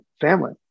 family